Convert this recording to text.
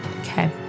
Okay